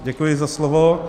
Děkuji za slovo.